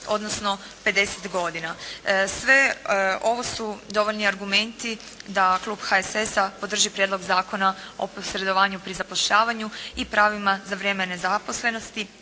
odnosno 50 godina. Sve ovo su dovoljni argumenti da klub HSS-a podrži Prijedlog Zakona o posredovanju pri zapošljavanju i pravima za vrijeme nezaposlenosti